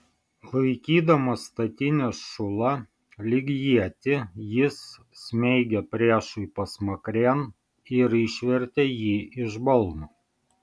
laikydamas statinės šulą lyg ietį jis smeigė priešui pasmakrėn ir išvertė jį iš balno